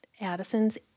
Addison's